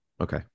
Okay